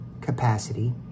capacity